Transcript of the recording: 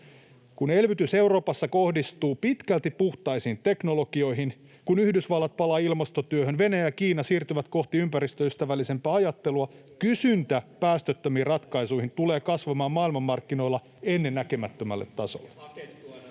Kun elvytys Euroopassa kohdistuu pitkälti puhtaisiin teknologioihin, kun Yhdysvallat palaa ilmastotyöhön, Venäjä ja Kiina siirtyvät kohti ympäristöystävällisempää ajattelua, kysyntä päästöttömiin ratkaisuihin tulee kasvamaan maailmanmarkkinoilla ennennäkemättömälle tasolle.